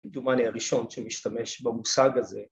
‫כמדומני הראשון שמשתמש במושג הזה.